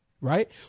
right